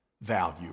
value